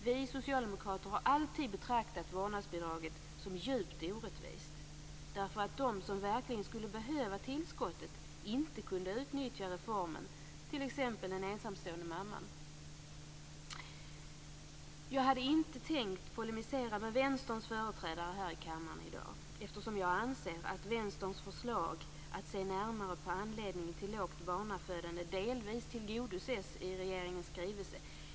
Vi socialdemokrater har alltid betraktat vårdnadsbidraget som djupt orättvist därför att de som verkligen skulle behöva tillskottet inte kunde utnyttja reformen, t.ex. den ensamstående mamman. Jag hade inte tänkt polemisera mot Vänsterns företrädare här i kammaren i dag, eftersom jag anser att Vänsterns förslag att se närmare på anledningen till lågt barnafödande delvis tillgodoses i regeringens skrivelse.